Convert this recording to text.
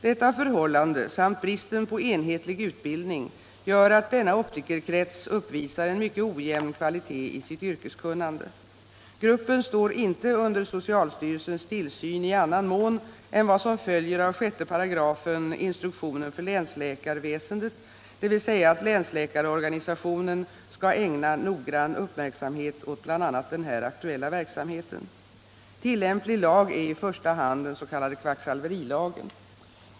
Detta förhållande samt bristen på enhetlig utbildning gör att denna optikerkrets uppvisar en mycket ojämn kvalitet i sitt yrkeskunnande. Gruppen står inte under socialstyrelsens tillsyn i annan mån än vad som följer av 6 § instruktionen för länsläkarväsendet, dvs. att länsläkarorganisationen skall ägna noggrann uppmärksamhet åt bl.a. den här aktuella verksamheten. Tillämplig lag är i första hand den s.k. kvacksalverilagen.